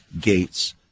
gates